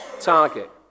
target